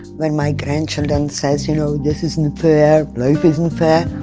when my grandchildren says, you know, this isn't fair, life isn't fair.